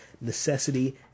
necessity